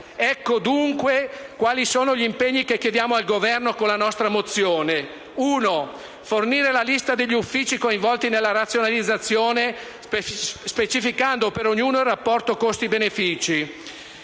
vengo, dunque, agli impegni che chiediamo al Governo con la nostra mozione: 1) fornire la lista degli uffici postali coinvolti nella razionalizzazione, specificando per ognuno il rapporto tra costi e benefici,